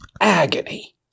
agony